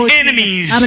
enemies